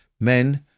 men